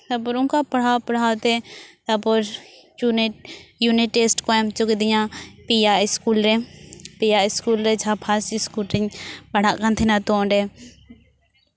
ᱛᱟᱨᱯᱚᱨ ᱚᱱᱠᱟ ᱯᱟᱲᱦᱟᱣ ᱯᱟᱲᱦᱟᱣ ᱛᱮ ᱛᱟᱨᱯᱚᱨ ᱤᱭᱩᱱᱤᱴ ᱤᱭᱩᱱᱤᱴ ᱴᱮᱥᱴ ᱠᱚ ᱮᱢ ᱦᱚᱪᱚ ᱠᱤᱫᱤᱧᱟ ᱯᱮᱭᱟ ᱤᱥᱠᱩᱞ ᱨᱮ ᱯᱮᱭᱟ ᱤᱥᱠᱩᱞ ᱨᱮ ᱡᱟᱦᱟᱸ ᱯᱷᱟᱥ ᱤᱥᱠᱩᱞ ᱨᱤᱧ ᱯᱟᱲᱦᱟᱜ ᱠᱟᱱ ᱛᱟᱦᱮᱱᱟ ᱛᱳ ᱚᱸᱰᱮ